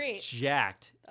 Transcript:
jacked